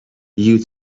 you